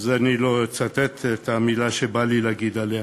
לא אצטט את המילה שבא לי להגיד עליהם,